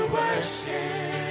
worship